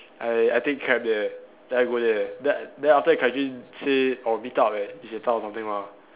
I I take cab there so I go there then then after that Kai Jun say oh meet up leh he's in town or something lah